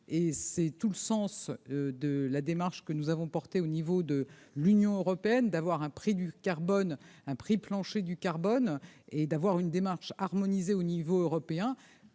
c'est tout le sens de la démarche que nous avons porté au niveau de l'Union européenne d'avoir un prix du carbone un prix plancher du carbone et d'avoir une démarche harmoniser au niveau européen,